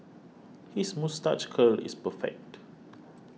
his moustache curl is perfect